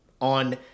on